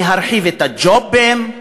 להרחיב את הג'ובים,